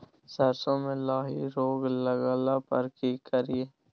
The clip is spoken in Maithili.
सरसो मे लाही रोग लगला पर की करिये?